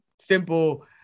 simple